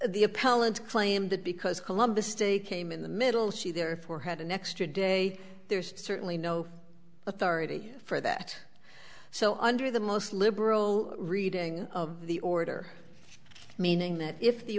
appellant claimed that because columbus day came in the middle she therefore had an extra day there's certainly no authority for that so under the most liberal reading of the order meaning that if the